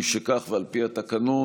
משכך, ועל פי התקנון,